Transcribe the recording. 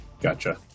Gotcha